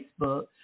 Facebook